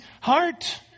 heart